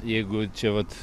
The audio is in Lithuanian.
jeigu čia vat